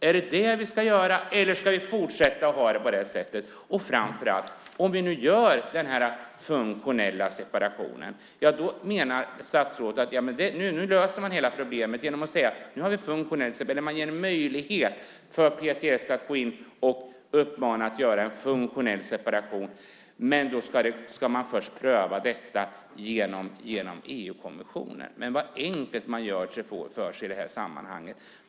Är det detta vi ska göra, eller ska vi fortsätta att ha det på det här sättet? Och framför allt, om vi nu gör den här funktionella separationen: Statsrådet menar att man löser hela problemet genom att säga att vi nu har funktionell separation. Man ger möjlighet för PTS att gå in och uppmana till att göra en funktionell separation, men då ska man först pröva detta genom EU-kommissionen. Vad enkelt man gör det för sig i det här sammanhanget!